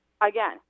again